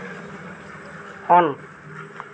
on